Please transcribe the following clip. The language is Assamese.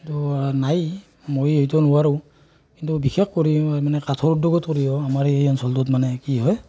কিন্তু নাই মই সেইটো নোৱাৰোঁ কিন্তু বিশেষ কৰি মই মানে কাঠৰ উদ্যোগত কৰিও আমাৰ এই অঞ্চলটোত মানে কি হয়